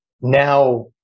Now